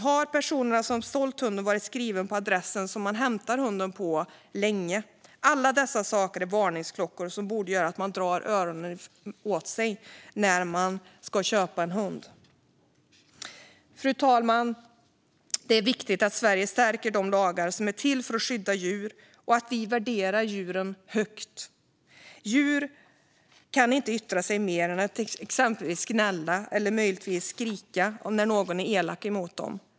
Har personerna som säljer hunden varit skrivna länge på den adress där man hämtar hunden? Alla dessa saker kan vara varningsklockor som borde göra att man drar öronen åt sig när man ska köpa en hund. Fru talman! Det är viktigt att Sverige stärker de lagar som är till för att skydda djur och att vi värderar djuren högt. Djur kan inte yttra sig mer än genom att exempelvis gnälla, eller möjligtvis skrika, när någon är elak mot dem.